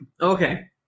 okay